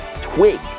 twig